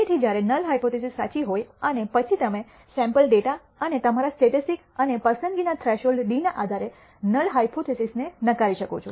તેથી જ્યારે null hypothesis સાચી હોય અને પછી તમે સેમ્પલ ડેટા અને તમારા સ્ટેટિસ્ટિક્સ અને પસંદગીના થ્રેશોલ્ડ ડીના આધારે નલ હાયપોથીસિસને નકારી શકો છો